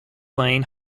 lane